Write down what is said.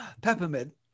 Peppermint